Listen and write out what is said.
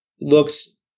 looks